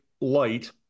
light